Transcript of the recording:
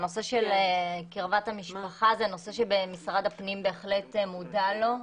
בנושא של קרבת המשפחה זה נושא שמשרד הפנים בהחלט מודע לו,